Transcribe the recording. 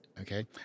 Okay